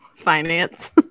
finance